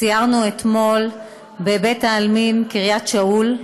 סיירנו אתמול בבית העלמין קריית שאול.